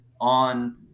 on